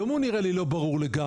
גם הוא נראה לי לא ברור לגמרי.